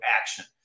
action